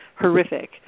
horrific –